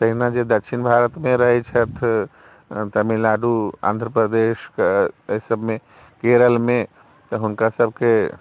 तहिना जे दक्षिण भारतमे रहैत छथि तमिलनाडू आन्ध्र प्रदेशके एहि सभमे केरलमे तऽ हुनकासभके